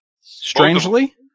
Strangely